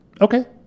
Okay